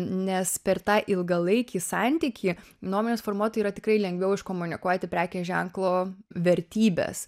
nes per tą ilgalaikį santykį nuomonės formuotojui yra tikrai lengviau iškomunikuoti prekės ženklo vertybes